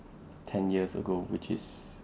ten years ago which is